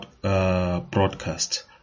broadcast